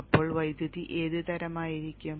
അപ്പോൾ വൈദ്യുതി ഏത് തരമായിരിക്കും